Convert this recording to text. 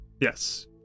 Yes